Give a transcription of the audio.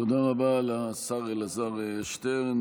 תודה רבה לשר אלעזר שטרן.